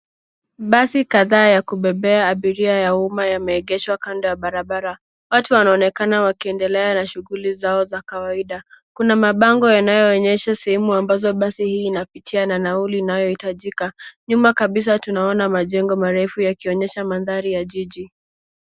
Basi kadha ya kubebea abiria ya uma ya maegesho kando ya barabara. Watu wanaonekana wakiendelea na shuguli zao za kawaida. Kuna mabango yanayoonyesha sehemu ambazo basi hili linapitia na nauli inayohitajika. Nyuma kabisa tunaona majengo marefu yakionyesha mandhari ya jiji.